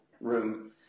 room